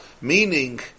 Meaning